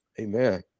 Amen